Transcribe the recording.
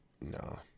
No